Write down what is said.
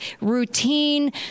routine